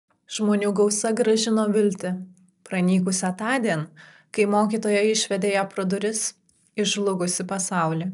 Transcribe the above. žmonių gausa grąžino viltį pranykusią tądien kai mokytoja išvedė ją pro duris į žlugusį pasaulį